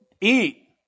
eat